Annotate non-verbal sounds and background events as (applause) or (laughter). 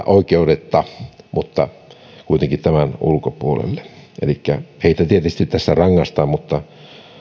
(unintelligible) oikeudetta kuitenkin tämän ulkopuolelle elikkä heitä tietysti tässä rangaistaan mutta